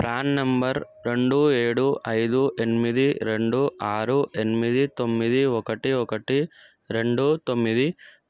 PRAN number రెండు ఏడు ఐదు ఎనిమిది రెండు ఆరు ఎనిమిది తొమ్మిది ఒకటి ఒకటి రెండు తొమ్మిది